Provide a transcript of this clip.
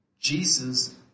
Jesus